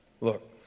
Look